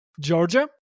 Georgia